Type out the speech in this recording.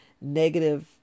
negative